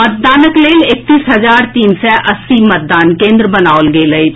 मतदानक लेल एकतीस हजार तीन सय अस्सी मतदान केन्द्र बनाओल गेल अछि